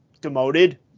demoted